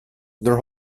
their